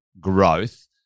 growth